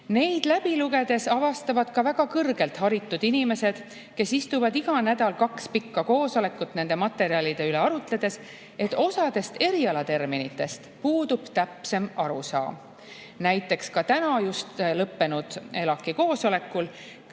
Neid läbi lugedes avastavad ka väga kõrgelt haritud inimesed, kes istuvad iga nädal kaks pikka koosolekut nende materjalide üle arutledes, et osast erialaterminitest puudub täpsem arusaam. Näiteks täna just lõppenud ELAK-i koosolekul